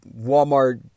Walmart